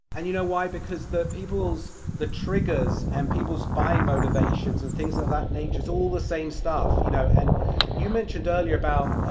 and you know why, because the people's the triggers and people's buying motivations and things of that nature, it's all the same stuff. you know and you mentioned earlier about,